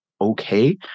okay